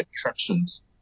attractions